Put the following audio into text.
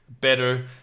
better